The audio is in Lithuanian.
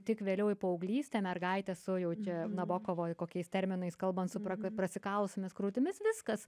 tik vėliau į paauglystę mergaitė su jau čia nabokovo kokiais terminais kalbant su prak prasikalusiomis krūtimis viskas